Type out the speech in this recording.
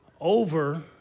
over